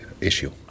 issue